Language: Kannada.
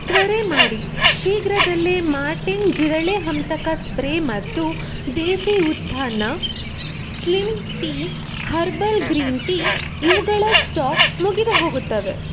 ತ್ವರೆ ಮಾಡಿ ಶೀಘ್ರದಲ್ಲೇ ಮಾರ್ಟಿನ್ ಜಿರಳೆ ಹಂತಕ ಸ್ಪ್ರೇ ಮತ್ತು Desi Utthana slim tea herbal green tea ಇವುಗಳ ಸ್ಟಾಕ್ ಮುಗಿದು ಹೋಗುತ್ತವೆ